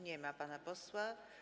Nie ma pana posła.